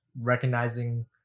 recognizing